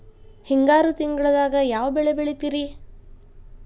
ಹಿಂಗಾರು ತಿಂಗಳದಾಗ ಯಾವ ಬೆಳೆ ಬೆಳಿತಿರಿ?